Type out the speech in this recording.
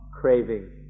craving